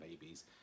babies